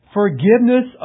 forgiveness